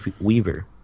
Weaver